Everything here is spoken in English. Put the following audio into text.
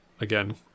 again